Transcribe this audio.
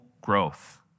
growth